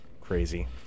crazy